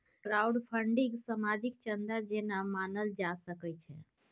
crowdfunding सामाजिक चन्दा जेना मानल जा सकै छै